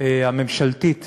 הממשלתית